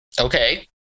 Okay